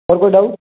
और कोई डाउट